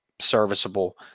serviceable